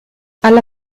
alla